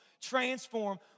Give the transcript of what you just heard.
transform